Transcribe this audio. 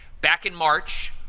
back in march,